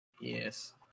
Yes